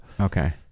Okay